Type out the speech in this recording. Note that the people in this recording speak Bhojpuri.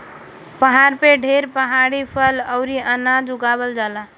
पहाड़ पे ढेर पहाड़ी फल अउरी अनाज उगावल जाला